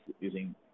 using